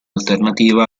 alternativa